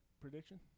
prediction